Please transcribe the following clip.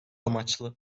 amaçlı